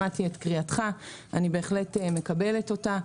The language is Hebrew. שמעתי את קריאתך, אני בהחלט מקבלת אותה.